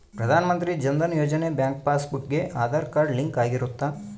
ಪ್ರಧಾನ ಮಂತ್ರಿ ಜನ ಧನ ಯೋಜನೆ bank passbook ಗೆ ಆದಾರ್ ಕಾರ್ಡ್ ಲಿಂಕ್ ಆಗಿರುತ್ತ